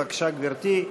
בבקשה, גברתי.